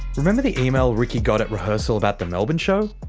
remember the email ricky got at rehearsal about the melbourne show?